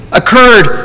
occurred